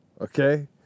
okay